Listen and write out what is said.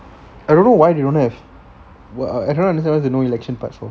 I don't know why they don't have I don't understand why there's no election parts there